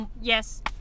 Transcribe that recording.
Yes